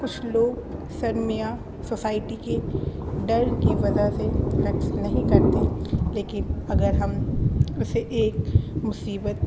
کچھ لوگ شرم یا سوسائٹی کے ڈر کی وجہ سے رقص نہیں کرتے لیکن اگر ہم اسے ایک مصیبت